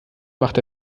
machte